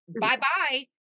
bye-bye